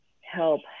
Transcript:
help